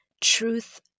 truth